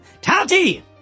Tati